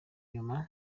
nyuma